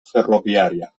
ferroviària